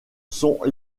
sont